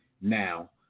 now